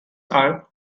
are